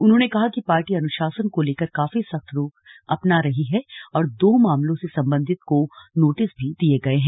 उन्होंने कहा कि पार्टी अनुषासन को लेकर काफी सख्त रूख अपना रही है और दो मामलों में संबंधित को नोटिस भी दिए गए हैं